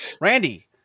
Randy